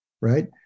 right